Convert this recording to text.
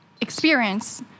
experience